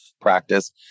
practice